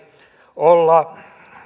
olla